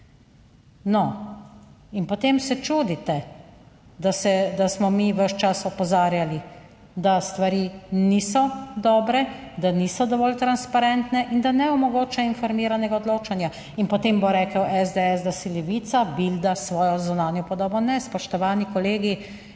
No in potem se čudite, da se, da smo mi ves čas opozarjali, da stvari niso dobre, da niso dovolj transparentne, in da ne omogoča informiranega odločanja, in potem bo rekel SDS, da si Levica bilda svojo zunanjo podobo. Ne, spoštovani kolegi,